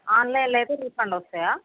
ఆన్లైన్లో అయితే రీఫండ్ వస్తాయా